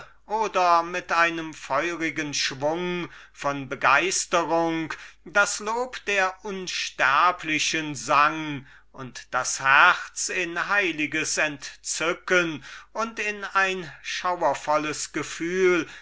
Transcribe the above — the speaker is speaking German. unsterblichen mit einem feurigen schwung von begeistrung sang wodurch das herz in heiliges entzücken und in ein schauervolles gefühl